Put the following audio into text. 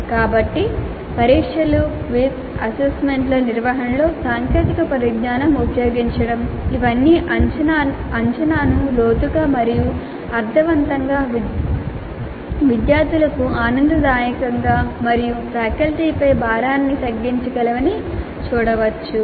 కాబట్టి పరీక్షలు క్విజ్ అసైన్మెంట్ల నిర్వహణలో సాంకేతిక పరిజ్ఞానం ఉపయోగించడం ఇవన్నీ అంచనాను లోతుగా మరియు అర్థవంతంగా విద్యార్థులకు ఆనందదాయకంగా మరియు ఫ్యాకల్టీపై భారాన్ని తగ్గించగలవని చూడవచ్చు